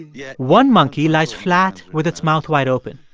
yeah one monkey lies flat with its mouth wide open.